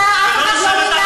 אל תעיר לי.